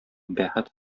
бәхет